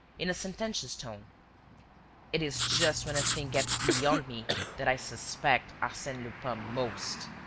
in a sententious tone it is just when a thing gets beyond me that i suspect arsene lupin most.